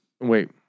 Wait